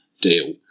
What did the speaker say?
deal